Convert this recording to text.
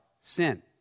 sin